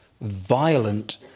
violent